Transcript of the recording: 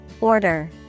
Order